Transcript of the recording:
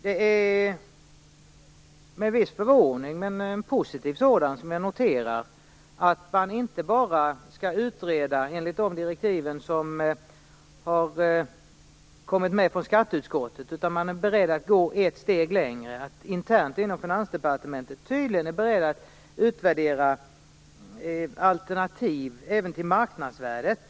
Det är med viss förvåning, men en positiv sådan, som jag noterar att man inte bara skall utreda enligt de direktiv som kommit från skatteutskottet utan att man är beredd att gå ett steg längre och internt inom Finansdepartementet tydligen är beredd att utvärdera alternativ även till marknadsvärdet.